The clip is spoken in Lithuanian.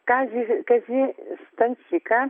kazį kazį stanciką